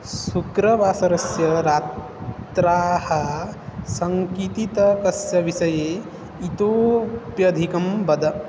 शुक्रवासरस्य रात्र्याः सङ्गीतकस्य विषये इतोप्यधिकं वद